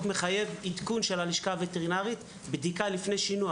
גם עדכון של הלשכה הווטרינרית וגם בדיקה לפני שינוע.